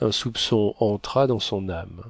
un soupçon entra dans son âme